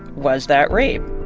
was that rape?